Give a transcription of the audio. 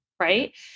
right